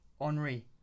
Henri